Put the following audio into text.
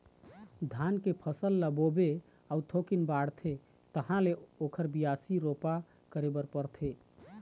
धान के फसल ल बोबे अउ थोकिन बाढ़थे तहाँ ले ओखर बियासी, रोपा करे बर परथे